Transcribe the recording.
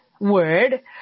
word